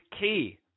key